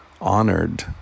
honored